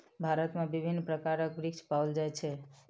भारत में विभिन्न प्रकारक वृक्ष पाओल जाय छै